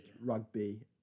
rugby